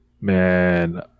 Man